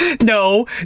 No